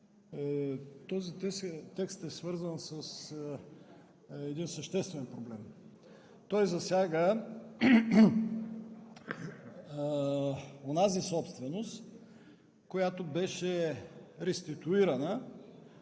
Този текст е свързан с един съществен проблем. Той засяга онази собственост, която беше реституирана